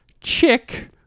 Chick